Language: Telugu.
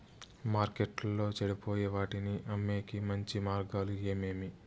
మార్కెట్టులో చెడిపోయే వాటిని అమ్మేకి మంచి మార్గాలు ఏమేమి